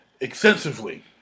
extensively